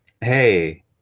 hey